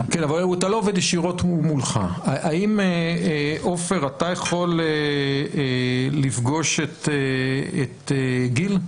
עופר, האם אתה יכול לפגוש את גיל?